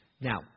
Now